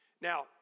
Now